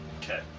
Okay